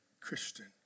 Christian